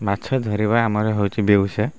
ମାଛ ଧରିବା ଆମର ହେଉଛି ବେଉସା